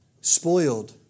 spoiled